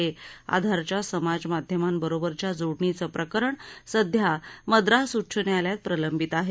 आधारच्या समाज माध्यमांबरोबरच्या जोडणीचं प्रकरण सध्या मद्रास उच्च न्यायालयात प्रलंबित आहे